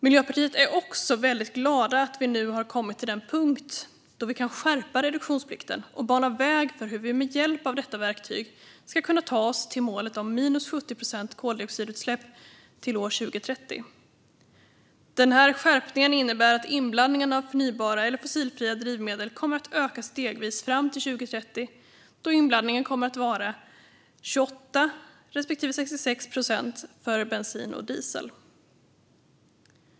Miljöpartiet är också väldigt glada att vi nu har kommit till den punkt då vi kan skärpa reduktionsplikten och bana väg för hur vi med hjälp av detta verktyg ska kunna ta oss till målet om minus 70 procents koldioxidutsläpp till 2030. Skärpningen innebär att inblandningen av förnybara eller fossilfria drivmedel kommer att öka stegvis fram till 2030, då inblandningen kommer att vara 28 respektive 66 procent för bensin och diesel.